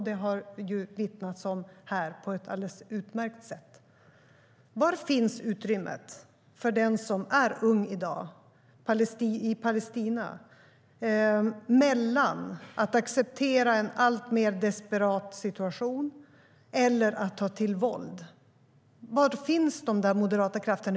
Detta har det vittnats om här på ett alldeles utmärkt sätt. Var finns utrymmet för den som är ung i dag i Palestina mellan att acceptera en alltmer desperat situation och att ta till våld? Var finns de moderata krafterna?